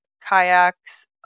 kayaks